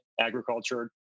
agriculture